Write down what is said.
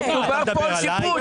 לא מדובר פה על שיפוץ.